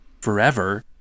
forever